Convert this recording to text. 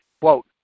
Quote